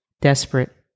desperate